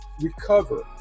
recover